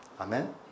Amen